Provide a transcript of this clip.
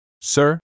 sir